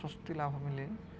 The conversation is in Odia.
ସ୍ୱସ୍ତି ଲାଭ ମିଲେ